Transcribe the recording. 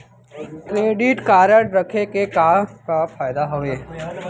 Credit card रखे के का का फायदा हवे?